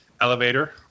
elevator